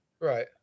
right